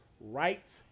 right